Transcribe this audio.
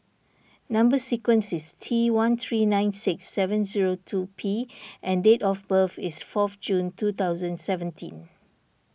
Number Sequence is T one three nine six seven zero two P and date of birth is four June two thousand seventeen